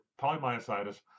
polymyositis